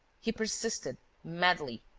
he persisted madly,